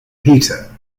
peter